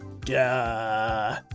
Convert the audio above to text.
Duh